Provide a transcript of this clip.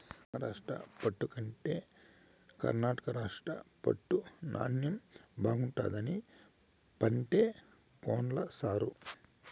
మహారాష్ట్ర పట్టు కంటే కర్ణాటక రాష్ట్ర పట్టు నాణ్ణెం బాగుండాదని పంటే కొన్ల సారూ